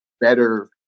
better